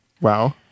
Wow